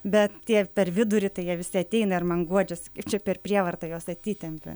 bet tie per vidurį tai jie visi ateina ir man guodžiasi čia per prievartą juos atitempė